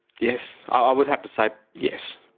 yes, i would have to say yes.